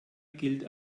gilt